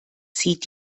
zieht